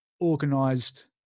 organised